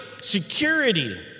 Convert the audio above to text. security